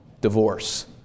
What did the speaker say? divorce